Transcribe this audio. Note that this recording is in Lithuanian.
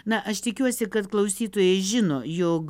na aš tikiuosi kad klausytojai žino jog